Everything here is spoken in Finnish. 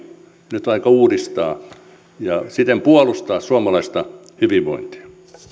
nyt on aika uudistaa ja siten puolustaa suomalaista hyvinvointia